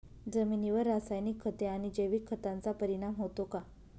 जमिनीवर रासायनिक खते आणि जैविक खतांचा परिणाम होतो का?